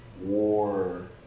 war